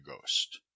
ghost